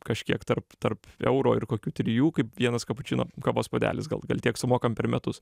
kažkiek tarp tarp euro ir kokių trijų kaip vienas kapučino kavos puodelis gal gal tiek sumokam per metus